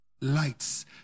Lights